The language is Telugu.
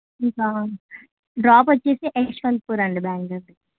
ఇంకా డ్రాప్ వచ్చేసి యశ్వంతపూర్ అండి బెంగళూరులో